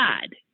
God